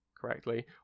correctly